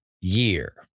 year